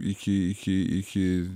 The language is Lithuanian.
iki iki iki